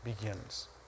begins